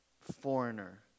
foreigner